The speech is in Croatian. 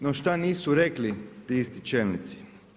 No šta nisu rekli ti isti čelnici?